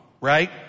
right